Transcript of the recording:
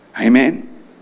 Amen